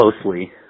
closely